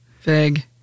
Vague